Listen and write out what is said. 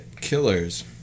killers